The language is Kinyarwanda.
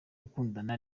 gukundana